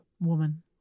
Woman